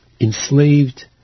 enslaved